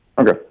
Okay